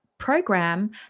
program